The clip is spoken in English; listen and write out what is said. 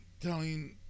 telling